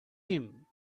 him